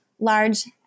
large